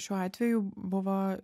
šiuo atveju buvo